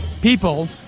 people